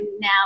now